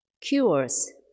Cures